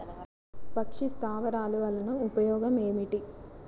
పక్షి స్థావరాలు వలన ఉపయోగం ఏమిటి?